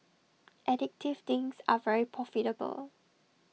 addictive things are very profitable